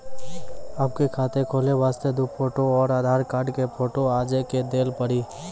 आपके खाते खोले वास्ते दु फोटो और आधार कार्ड के फोटो आजे के देल पड़ी?